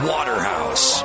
Waterhouse